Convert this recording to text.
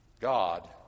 God